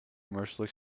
commercially